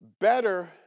better